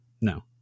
No